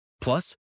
Plus